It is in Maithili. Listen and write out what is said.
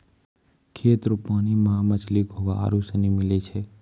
खेत रो पानी मे मछली, घोंघा आरु सनी मिलै छै